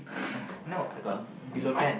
no I got below ten